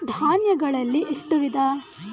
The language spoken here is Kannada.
ಧಾನ್ಯಗಳಲ್ಲಿ ಎಷ್ಟು ವಿಧ?